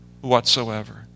whatsoever